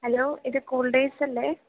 hello ഇത് cool days അല്ലേ